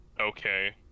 okay